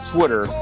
Twitter